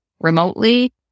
remotely